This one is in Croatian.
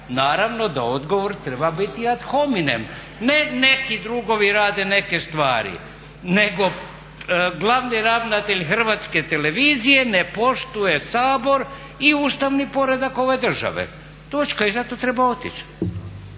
naravno da odgovor treba biti ad hominem ne neki drugovi rade neke stvari nego glavni ravnatelj Hrvatske televizije ne poštuje Sabor i ustavni poredak ove države, točka i zato treba otići.